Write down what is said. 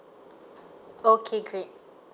okay great